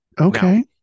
Okay